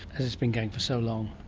as it's been going for so long.